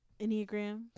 Enneagram